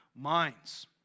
minds